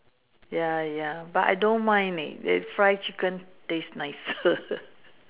ya ya but I don't mind leh fry chicken taste nicer